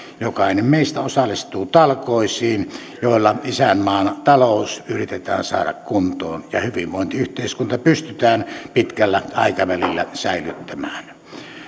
jokainen meistä osallistuu talkoisiin joilla isänmaan talous yritetään saada kuntoon ja hyvinvointiyhteiskunta pystytään pitkällä aikavälillä säilyttämään